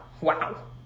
Wow